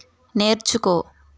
నేర్చుకో